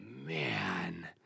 man